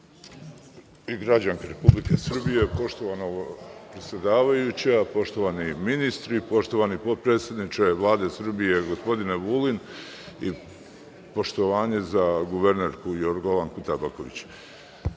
i građanke Republike Srbije, poštovana predsedavajuća, poštovani ministri, poštovani potpredsedniče Vlade Srbije, gospodine Vulin, poštovanje za guvernerku Jorgovanku Tabaković,